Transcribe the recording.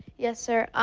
yes, sir.